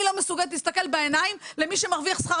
אני לא מסוגלת להסתכל בעיניים למי שמרוויח שכר